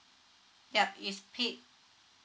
yup it's paid